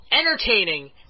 entertaining